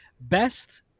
Best